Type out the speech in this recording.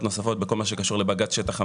נוספות בכל מה שקשור לבג"ץ שטח המחיה.